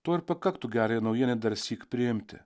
to ir pakaktų gerąją naujieną darsyk priimti